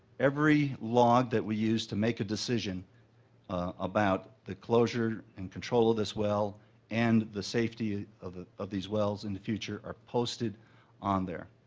every log that we used to make a decision about the closure and control of this well and the safety ah of ah of these wells in the future are posted on there.